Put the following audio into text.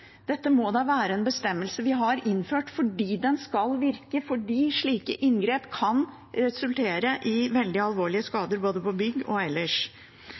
Dette må være en bestemmelse vi har innført fordi den skal virke – fordi slike inngrep kan resultere i veldig alvorlige skader både på bygg og ellers.